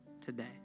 today